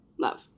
love